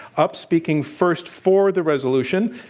up speaking first, for the resolution,